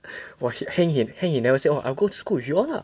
!wah! heng heng he never say I'll go to school with y'all lah